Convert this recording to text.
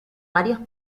varios